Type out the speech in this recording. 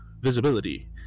visibility